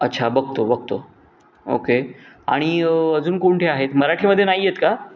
अच्छा बघतो बघतो ओके आणि अजून कोणते आहेत मराठीमध्ये नाही आहेत का